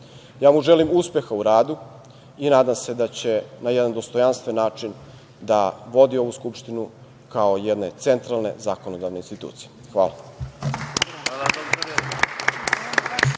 mu uspeh u radu i nadam se da će na jedan dostojanstven način da vodi ovu Skupštinu kao jednu centralnu zakonodavnu instituciju. Hvala.